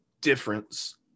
difference